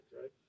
right